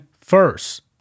first